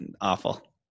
awful